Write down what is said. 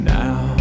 now